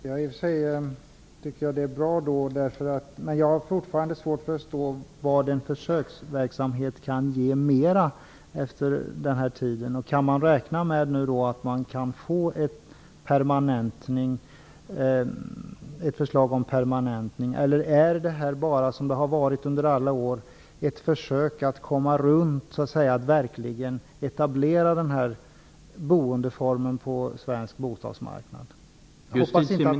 Herr talman! I och för sig är detta bra. Men jag har fortfarande svårt att förstå vad mera en försöksverksamhet kan ge efter den här tiden. Kan man räkna med att få ett förslag om en permanentning? Eller är det här, som det har varit under alla år, ett försök att komma runt så att säga - att verkligen etablera nämnda boendeform på den svenska bostadsmarknaden? Jag hoppas att det inte är så.